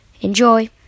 enjoy